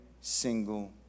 single